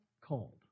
called